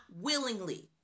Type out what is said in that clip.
willingly